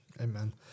Amen